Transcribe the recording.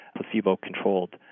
placebo-controlled